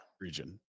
Region